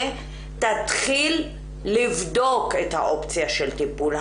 שתתחיל לבדוק את האופציה של טיפול.